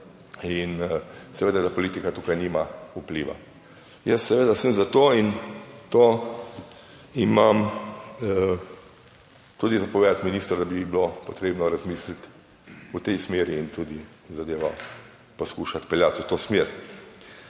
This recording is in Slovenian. in seveda, da politika tukaj nima vpliva. Jaz seveda sem za to in to imam tudi za povedati ministru, da bi bilo potrebno razmisliti v tej smeri in tudi zadevo poskušati peljati v to smer.